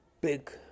big